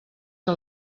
que